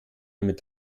mit